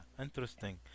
interesting